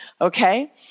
okay